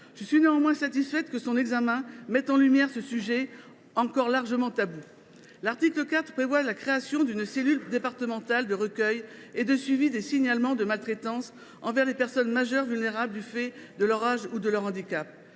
Je suis néanmoins satisfaite que son examen mette en lumière ce sujet encore largement tabou. L’article 4 prévoit la création d’une cellule départementale de recueil et de suivi des signalements de maltraitance envers les personnes majeures vulnérables du fait de leur âge ou de leur handicap.